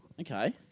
Okay